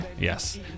Yes